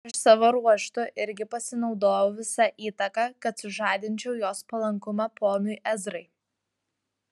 aš savo ruožtu irgi pasinaudojau visa įtaka kad sužadinčiau jos palankumą ponui ezrai